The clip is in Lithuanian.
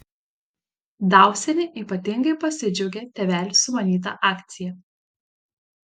dausienė ypatingai pasidžiaugė tėvelių sumanyta akcija